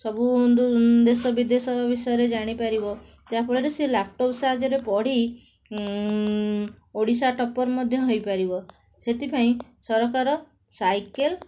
ସବୁ ଦେଶ ବିଦେଶ ବିଷୟରେ ଜାଣିପାରିବ ଯାହାଫଳରେ ସେ ଲ୍ୟାପଟପ୍ ସାହାଯ୍ୟରେ ପଢ଼ି ଓଡ଼ିଶା ଟପର୍ ମଧ୍ୟ ହେଇପାରିବ ସେଥିପାଇଁ ସରକାର ସାଇକେଲ